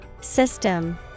System